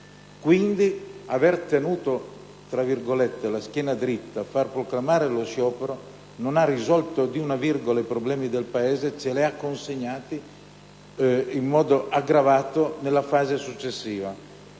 dice lei, la schiena dritta, far proclamare lo sciopero, non ha risolto di una virgola i problemi del Paese; anzi, ce li ha consegnati in modo aggravato nella fase successiva.